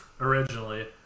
originally